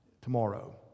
tomorrow